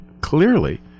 clearly